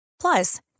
Plus